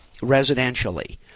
residentially